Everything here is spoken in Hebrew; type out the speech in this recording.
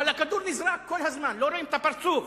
אבל הכדור נזרק כל הזמן ולא רואים את הפרצוף.